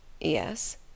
Yes